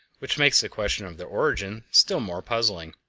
which makes the question of their origin still more puzzling